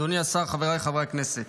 אדוני השר, חבריי חברי הכנסת,